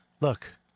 Look